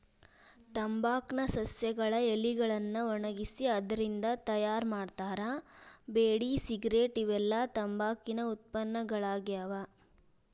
ತಂಬಾಕ್ ನ ಸಸ್ಯಗಳ ಎಲಿಗಳನ್ನ ಒಣಗಿಸಿ ಅದ್ರಿಂದ ತಯಾರ್ ಮಾಡ್ತಾರ ಬೇಡಿ ಸಿಗರೇಟ್ ಇವೆಲ್ಲ ತಂಬಾಕಿನ ಉತ್ಪನ್ನಗಳಾಗ್ಯಾವ